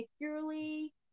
particularly